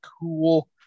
cool